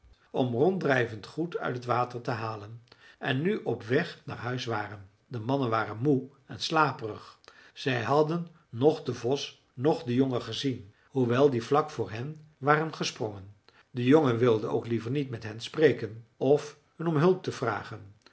om ronddrijvend goed uit het water te halen en nu op weg naar huis waren de mannen waren moe en slaperig zij hadden noch den vos noch den jongen gezien hoewel die vlak voor hen heen waren gesprongen de jongen wilde ook liever niet met hen spreken of hun om hulp vragen